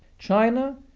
china,